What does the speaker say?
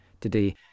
today